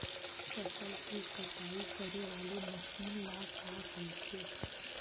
फसल की कटाई करे वाले मशीन ल का कइथे?